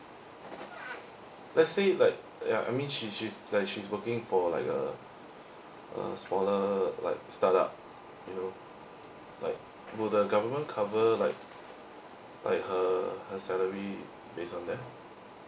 let's say like ya I mean she she's like she's working for like a a smaller like start up you know like will the government cover like like her her salary based on that